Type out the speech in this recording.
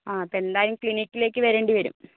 ആ അപ്പോൾ എന്തായാലും ക്ലിനിക്കിലേക്ക് വരേണ്ടിവരും